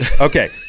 Okay